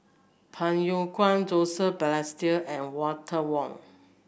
Phey Yew Kok Joseph Balestier and Walter Woon